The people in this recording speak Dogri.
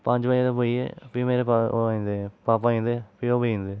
पंज बजे तक बोहियै फ्ही मेरे ओह् आई जंदे पापा आई जंदे फ्ही ओह् बेही जंदे